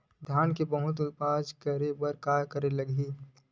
धान के बहुत उपज बर का करेला लगही?